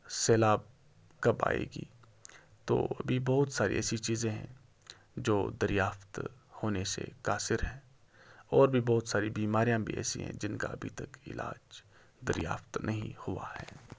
سیلاب کب آئے گی تو ابھی بہت ساری ایسی چیزیں ہیں جو دریافت ہونے سے قاصر ہیں اور بھی بہت ساری بیماریاں بھی ایسی ہیں جن کا ابھی تک علاج دریافت نہیں ہوا ہے